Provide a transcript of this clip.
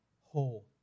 whole